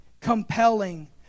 compelling